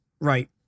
Right